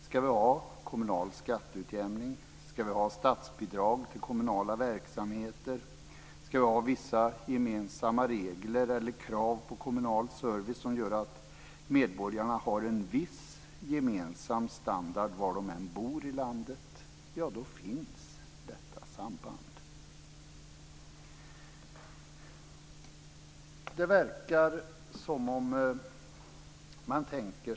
Ska vi ha kommunal skatteutjämning, ska vi ha statsbidrag till kommunala verksamheter, ska vi ha vissa gemensamma regler eller krav på kommunal service som gör att medborgarna har en viss gemensam standard var de än bor i landet finns detta samband.